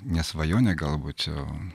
ne svajonė galbūt o